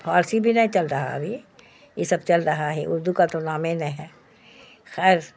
فارسی بھی نہیں چل رہا ابھی یہ سب چل رہا ہے اردو کا تو نام ہی نہیں ہے خیر